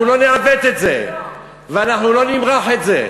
אנחנו לא נעוות את זה ואנחנו לא נמרח את זה.